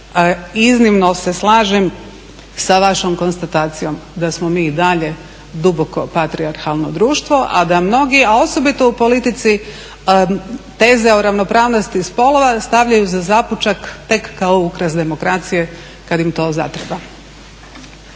iznimno se slažem sa vašom konstatacijom da smo mi i dalje duboko patrijahalno društvo a da mnogi a osobito u politici teze o ravnopravnosti spolova stavljaju za zapučak tek kao ukras demokracije kada im to zatreba.